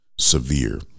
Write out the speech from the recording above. Severe